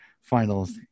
finals